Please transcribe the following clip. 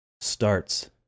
Starts